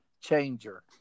changer